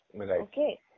Okay